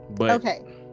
okay